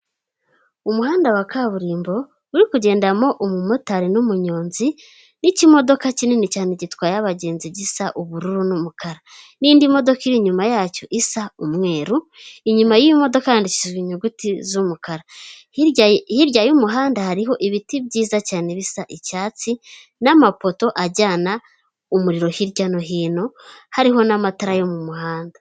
Umuhanda wa kaburimbo uri kugendamo umumotari n'umuyonzi nkimodoka kinini cyane gitwaye abagenzi gisa ubururu n'umukara n'indi modoka iri inyuma yacyo isa umweru inyuma yimodoka handikishijwe inyuguti z'umukara hirya y'umuhanda hariho ibiti byiza cyane bisa icyatsi n'amapoto ajyana umuriro hirya no hino hariho n'amatara yo mu muhanda.